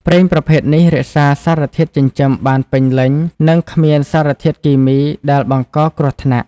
ប្រេងប្រភេទនេះរក្សាសារធាតុចិញ្ចឹមបានពេញលេញ និងគ្មានសារធាតុគីមីដែលបង្កគ្រោះថ្នាក់។